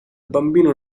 bambino